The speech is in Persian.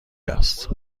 است